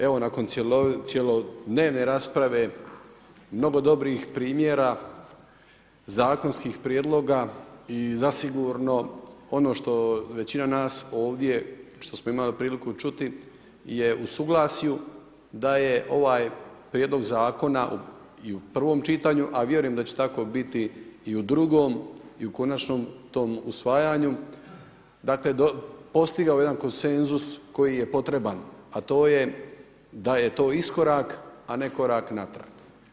Evo nakon cjelodnevne rasprave mnogo dobrih primjera, zakonskih prijedloga i zasigurno ono što većina nas ovdje što smo imali priliku čuti je u suglasju da je ovaj prijedlog zakona i u prvom čitanju, a vjerujem da će teko biti i u drugom i u konačnom tom usvajanju dakle postigao jedan konsenzus koji je potreban, a to je da je to iskorak, a ne korak natrag.